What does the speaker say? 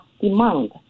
demand